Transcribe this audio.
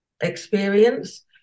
experience